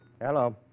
Hello